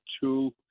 two